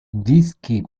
dischi